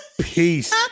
Peace